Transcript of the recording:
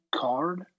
Card